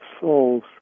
souls